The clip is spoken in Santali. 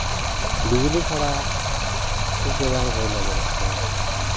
ᱵᱤᱡᱽᱞᱤ ᱪᱷᱟᱲᱟ ᱪᱮᱫ ᱵᱟᱝ ᱦᱩᱭ ᱞᱟᱹᱜᱤᱫᱚᱜ ᱠᱟᱱᱟ